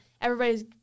everybody's